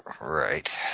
Right